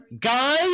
Guy